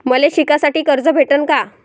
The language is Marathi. मले शिकासाठी कर्ज भेटन का?